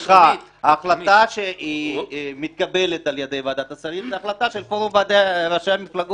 לכן ההחלטה שמתקבלת על ידי ועדת השרים היא החלטה של פורום ראשי המפלגות.